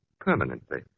permanently